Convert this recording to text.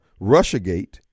Russiagate